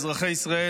אזרחי ישראל,